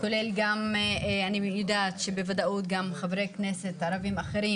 כולל גם אני יודעת שבוודאות גם חברי כנסת אחרים